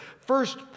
First